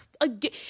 Again